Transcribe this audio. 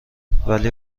ولی